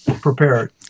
prepared